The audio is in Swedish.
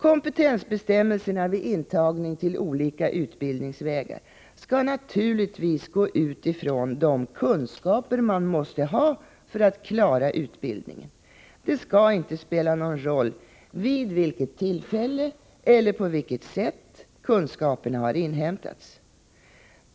Kompetensbestämmelserna vid intagning till olika utbildningsvägar skall naturligtvis utgå från de kunskaper man måste ha för att klara utbildningen. Det skall inte spela någon roll vid vilket tillfälle eller på vilket sätt kunskaperna har inhämtats.